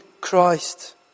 Christ